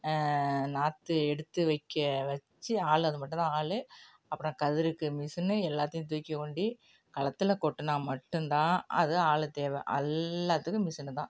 நாற்று எடுத்து வைக்க வச்சு ஆள் அது மட்டும்தான் ஆள் அப்புறம் கதிருக்க மிஷினு எல்லாத்தையும் தூக்கி கொண்டு களத்தில் கொட்டினா மட்டும்தான் அது ஆள் தேவை எல்லாத்துக்கும் மிஷினு தான்